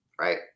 right